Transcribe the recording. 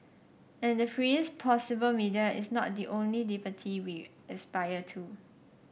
and the freest possible media is not the only liberty we aspire to